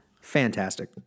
Fantastic